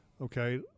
Okay